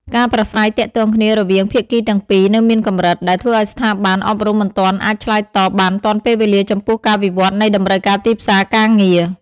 ការប្រាស្រ័យទាក់ទងគ្នារវាងភាគីទាំងពីរនៅមានកម្រិត ដែលធ្វើឱ្យស្ថាប័នអប់រំមិនទាន់អាចឆ្លើយតបបានទាន់ពេលវេលាចំពោះការវិវត្តន៍នៃតម្រូវការទីផ្សារការងារ។